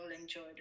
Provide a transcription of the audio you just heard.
enjoyed